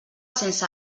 sense